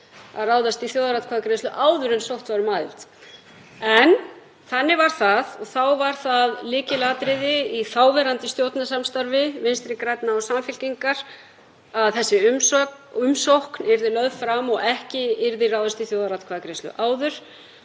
að ráðast í þjóðaratkvæðagreiðslu áður en sótt var um aðild. En þannig var það. Þá var það lykilatriði, í þáverandi stjórnarsamstarfi Vinstri grænna og Samfylkingar, að þessi umsókn yrði lögð fram og að ekki yrði ráðist í þjóðaratkvæðagreiðslu áður